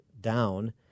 down